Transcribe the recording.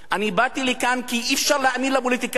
אני באתי לכאן כי אי-אפשר להאמין לפוליטיקאים,